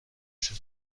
شده